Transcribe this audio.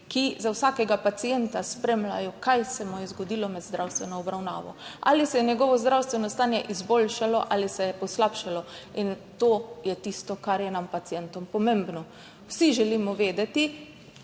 ki za vsakega pacienta spremljajo, kaj se mu je zgodilo med zdravstveno obravnavo, ali se je njegovo zdravstveno stanje izboljšalo ali se je poslabšalo. In to je tisto, kar je nam pacientom pomembno. Vsi želimo vedeti